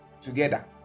together